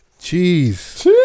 Cheese